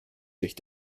sich